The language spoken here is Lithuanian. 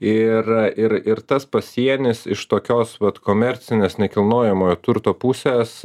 ir ir ir tas pasienis iš tokios vat komercinės nekilnojamojo turto pusės